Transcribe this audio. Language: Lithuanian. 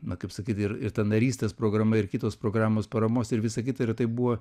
na kaip sakyt ir ir ta narystės programa ir kitos programos paramos ir visa kita ir tai buvo